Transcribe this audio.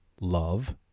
love